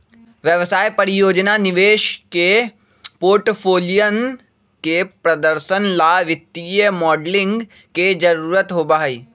व्यवसाय, परियोजना, निवेश के पोर्टफोलियन के प्रदर्शन ला वित्तीय मॉडलिंग के जरुरत होबा हई